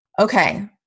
okay